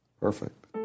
Perfect